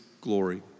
glory